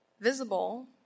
visible